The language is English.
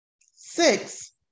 Six